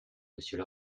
monsieur